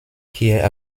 hier